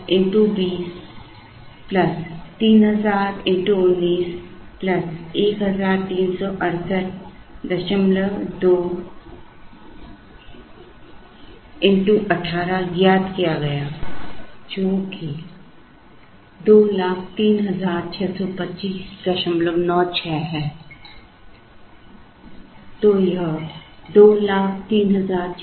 अब पहले यह संख्या ज्ञात करें इससे पहले हम को 63682 से विभाजित करते हुए हम 47109 प्राप्त करते हैं जो वार्षिक लागत 01 x 2000 x 20 3000 x 19 13682 x 18 1216276 है तो 01 x 1216276 10000663682 157 x 1216276 जो 20362596 है